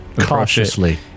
Cautiously